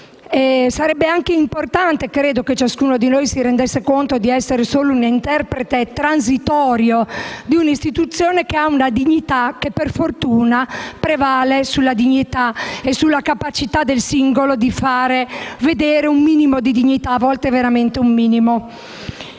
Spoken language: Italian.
Sarebbe importante, credo, che ciascuno di noi si rendesse conto di essere solo un interprete transitorio di un'Istituzione che ha una dignità che, per fortuna, prevale sulla capacità del singolo di far vedere un minimo di dignità (a volte, veramente un minimo).